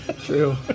True